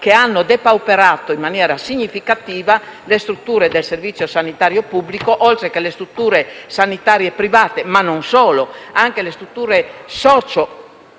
che hanno depauperato in maniera significativa le strutture del servizio sanitario pubblico, oltre che quelle sanitarie private; ma non solo: anche le strutture sociosanitarie